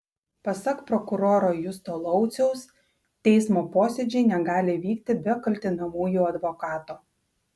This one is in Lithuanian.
pasak prokuroro justo lauciaus teismo posėdžiai negali vykti be kaltinamųjų advokato